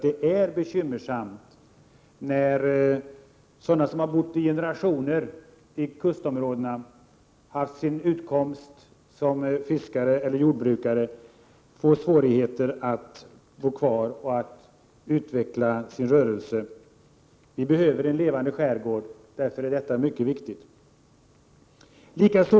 Det är bekymmersamt när de som har bott i generationer i kustområdena och där haft sin utkomst som fiskare eller jordbrukare, får svårigheter att bo kvar och att utveckla sin verksamhet. Vi behöver en levande skärgård, och därför är detta mycket viktigt.